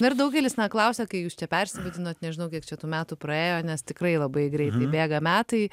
na dar daugelis na klausia kai jūs čia persivadinot nežinau kiek čia tų metų praėjo nes tikrai labai greitai bėga metai